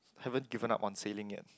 haven't given up on sailing yet